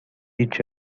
each